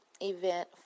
event